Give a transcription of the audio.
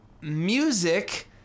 music